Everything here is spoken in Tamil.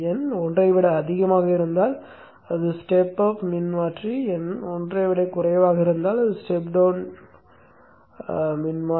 n 1 ஐ விட அதிகமாக இருந்தால் அது ஸ்டெப் அப் மின்மாற்றி n 1க்குக் குறைவாக இருந்தால் அது ஸ்டெப் டவுன் டிரான்ஸ்பார்மர்